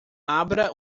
abra